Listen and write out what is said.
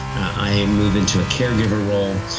i move into a care giver role.